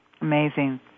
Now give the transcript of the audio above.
Amazing